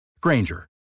Granger